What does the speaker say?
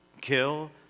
kill